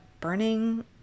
burning